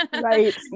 Right